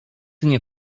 nie